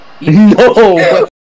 No